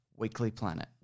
weeklyplanet